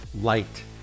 light